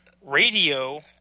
radio